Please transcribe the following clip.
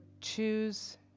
choose